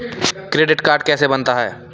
Credit card कैसे बनता है?